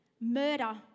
murder